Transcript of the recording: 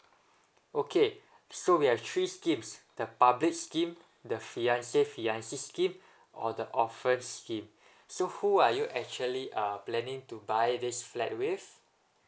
okay so we have three schemes the public scheme the fiance fiancee scheme or the orphan scheme so who are you actually uh planning to buy this flat with